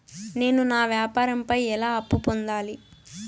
నేను నా వ్యాపారం పై ఎలా అప్పు పొందాలి?